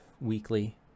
Weekly